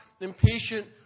impatient